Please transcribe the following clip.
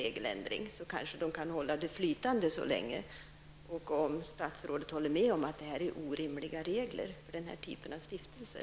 I så fall kanske verksamheten kan hållas flytande så länge. Håller statsrådet med om att reglerna är orimliga för den här typen av stiftelser?